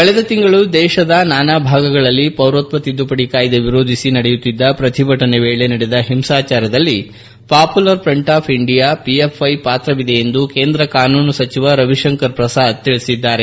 ಕಳಿದ ತಿಂಗಳು ದೇಶದ ನಾನಾ ಭಾಗಗಳಲ್ಲಿ ಪೌರತ್ವ ತಿದ್ದುಪಡಿ ಕಾಯಿದೆ ವಿರೋಧಿಸಿ ನಡೆಯುತ್ತಿದ್ದ ಪ್ರತಿಭಟನೆ ವೇಳೆ ನಡೆದ ಹಿಂಸಾಚಾರದಲ್ಲಿ popular front of India PFI ಪಾತ್ರವಿದೆ ಎಂದು ಕೇಂದ್ರ ಕಾನೂನು ಸಚಿವ ರವಿಶಂಕರ್ ಪ್ರಸಾದ್ ಹೇಳಿದ್ದಾರೆ